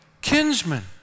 kinsman